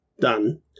done